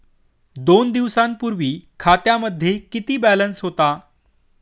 दोन दिवसांपूर्वी खात्यामध्ये किती बॅलन्स होता?